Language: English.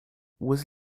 was